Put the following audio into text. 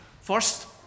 First